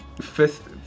fifth